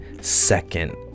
second